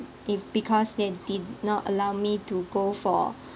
if because they did not allow me to go for